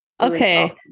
okay